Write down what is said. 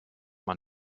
man